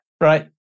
right